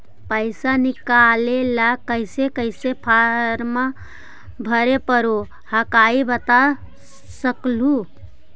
पैसा निकले ला कैसे कैसे फॉर्मा भरे परो हकाई बता सकनुह?